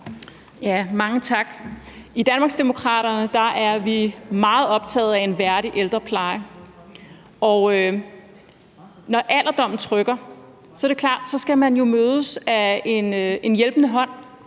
Mange tak. I Danmarksdemokraterne er vi meget optaget af en værdig ældrepleje. Når alderdommen trykker, er det klart, at man skal mødes af en hjælpende hånd,